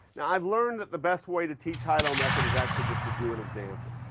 now i've learned that the best way to teach highlow method is actually just to do an example.